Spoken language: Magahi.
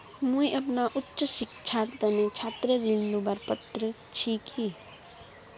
मुई अपना उच्च शिक्षार तने छात्र ऋण लुबार पत्र छि कि?